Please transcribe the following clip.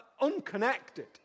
unconnected